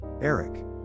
Eric